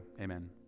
amen